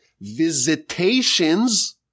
visitations